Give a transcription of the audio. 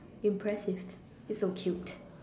impressive he's so cute